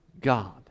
God